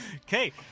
Okay